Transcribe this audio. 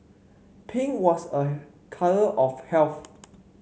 pink was a colour of health